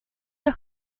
los